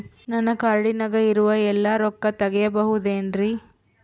ನನ್ನ ಕಾರ್ಡಿನಾಗ ಇರುವ ಎಲ್ಲಾ ರೊಕ್ಕ ತೆಗೆಯಬಹುದು ಏನ್ರಿ?